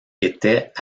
était